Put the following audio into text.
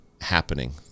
happening